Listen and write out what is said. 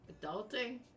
Adulting